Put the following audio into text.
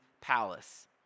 palace